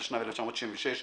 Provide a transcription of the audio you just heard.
התשנ"ו-1996,